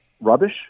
rubbish